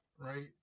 right